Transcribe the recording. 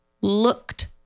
looked